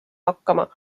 hakkama